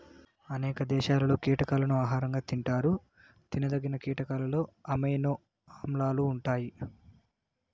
అనేక దేశాలలో కీటకాలను ఆహారంగా తింటారు తినదగిన కీటకాలలో అమైనో ఆమ్లాలు ఉంటాయి